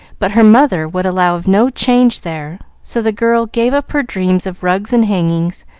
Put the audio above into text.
but her mother would allow of no change there, so the girl gave up her dreams of rugs and hangings,